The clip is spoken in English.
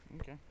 Okay